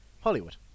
Hollywood